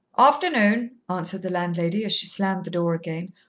afternoon, answered the landlady, as she slammed the door again,